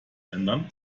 ändern